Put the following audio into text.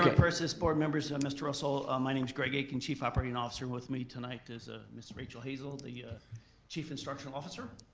but purses, board members, mr. russell. my name's greg akin, chief operating officer with me tonight is ah ms. rachel hazel, the chief instructional officer.